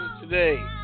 today